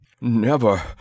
Never